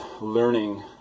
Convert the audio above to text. learning